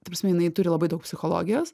ta prasme jinai turi labai daug psichologijos